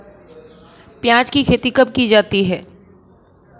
प्याज़ की खेती कब की जाती है?